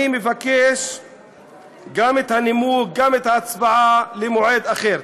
אני מבקש גם את הנימוק וגם את ההצבעה, במועד אחר.